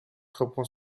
reprend